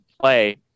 play